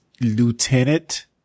Lieutenant